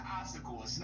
obstacle